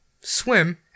swim